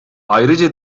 ayrıca